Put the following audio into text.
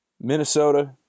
Minnesota